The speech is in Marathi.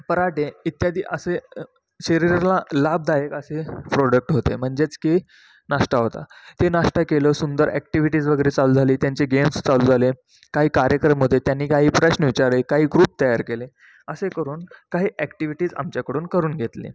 पराठे इत्यादी असे शरीरला लाभदायक असे प्रोडक्ट होते म्हणजेच की नाश्ता होता ते नाष्टा केलो सुंदर ॲक्टिव्हिटीज वगैरे चालू झाली त्यांचे गेम्स चालू झाले काही कार्यक्रम होते त्यांनी काही प्रश्न विचारले काही ग्रुप तयार केले असे करून काही ॲक्टिव्हिटीज आमच्याकडून करून घेतले